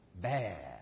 Bad